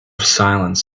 silence